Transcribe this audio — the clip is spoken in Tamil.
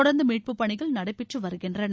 தொடர்ந்து மீட்புப்பணிகள் நடைபெற்று வருகின்றன